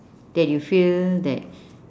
that you feel that